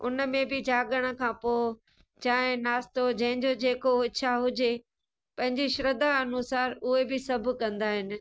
उन में बि जाॻण खां पोइ चांहि नाश्तो जंहिंजो जेको इच्छा हुजे पंहिंजी श्रद्धा अनुसार उहे बि सभु कंदा आहिनि